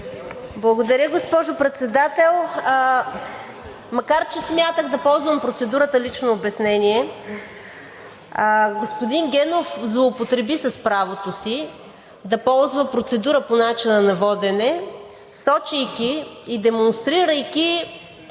Благодаря, госпожо Председател, макар че смятах да ползвам процедурата „лично обяснение“. Господин Генов злоупотреби с правото си да ползва процедура по начина на водене, сочейки и демонстрирайки